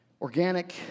organic